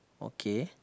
okay